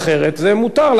מותר להחליף.